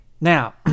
Now